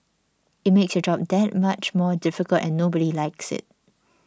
it makes your job that much more difficult and nobody likes it